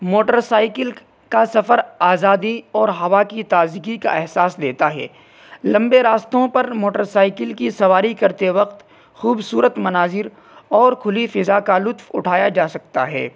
motor cycle کا سفر آزادی اور ہوا کی تازگی کا احساس دیتا ہے لمبے راستوں پر موٹر سائیکل کی سواری کرتے وقت خوبصورت مناظر اور کھلی فضا کا لطف اٹھایا جا سکتا ہے